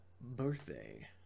birthday